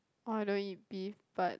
I don't eat beef but